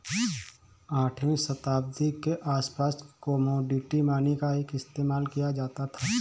आठवीं शताब्दी के आसपास कोमोडिटी मनी का ही इस्तेमाल किया जाता था